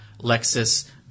Lexus